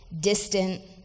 distant